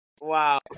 wow